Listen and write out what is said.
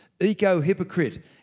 Eco-hypocrite